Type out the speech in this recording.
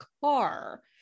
car